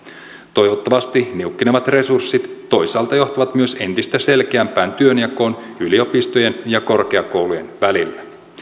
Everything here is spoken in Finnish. toivottavasti niukkenevat resurssit toisaalta johtavat myös entistä selkeämpään työnjakoon yliopistojen ja korkeakoulujen välillä